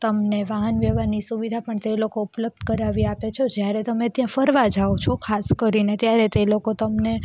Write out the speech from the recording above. તમને વાહન વ્યવહારની સુવિધા પણ તે લોકો ઉપલબ્ધ કરાવી આપે છે જ્યારે તમે ત્યાં ફરવા જાઓ છો ખાસ કરીને ત્યારે તે લોકો તમને